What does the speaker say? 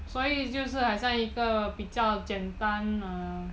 所以就是好想一个比较简单 uh